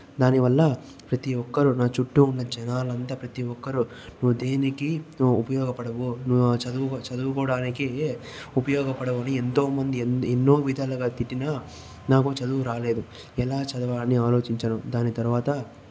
దానివల్ల ప్రతి ఒక్కరు నా చుట్టూ ఉన్న జనాలంతా ప్రతి ఒక్కరు నువ్వు దేనికి నువ్వు ఉపయోగపడవు నువ్వు చదువు చదువుకోవడానికి ఉపయోగపడవు అని ఎంతోమంది ఎన్ ఎన్నో విధాలుగా తిట్టినా నాకు చదువు రాలేదు ఎలా చదవాలి అని ఆలోచించాను దాని తర్వాత